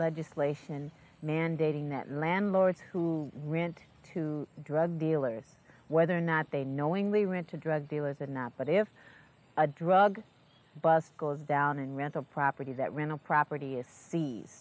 legislation mandating that landlords who rent to drug dealers whether or not they knowingly rent to drug dealers and not but if a drug bust goes down in rental property that rental property is